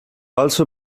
also